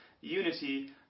unity